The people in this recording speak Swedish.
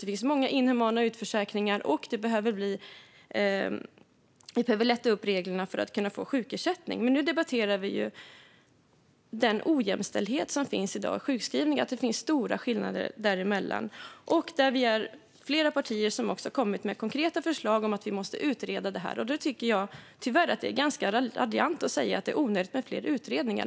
Det är många inhumana utförsäkringar, och reglerna för att få sjukersättning behöver lättas upp. Men nu debatterar vi den ojämställdhet som finns när det gäller sjukskrivning. Det finns stora skillnader. Vi är flera partier som har kommit med konkreta förslag för att utreda det. Då tycker jag att det är ganska raljant att säga att det är onödigt med fler utredningar.